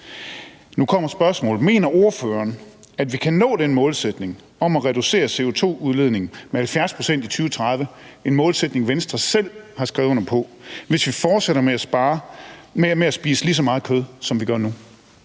Mener ordføreren, at vi kan nå den målsætning om at reducere CO₂-udledning med 70 pct. i 2030, en målsætning, Venstre selv har skrevet under på, hvis vi fortsætter med at spise lige så meget kød, som vi gør nu?